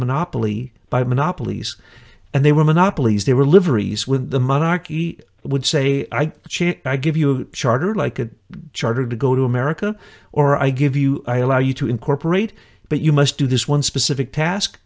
monopoly by monopolies and they were monopolies they were livery is when the monarchy would say i give you a charter like a charter to go to america or i give you are you to incorporate but you must do this one specific task